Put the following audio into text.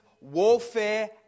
warfare